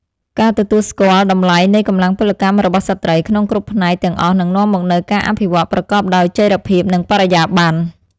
ការទទួលស្គាល់តម្លៃនៃកម្លាំងពលកម្មរបស់ស្ត្រីក្នុងគ្រប់ផ្នែកទាំងអស់នឹងនាំមកនូវការអភិវឌ្ឍប្រកបដោយចីរភាពនិងបរិយាបន្ន។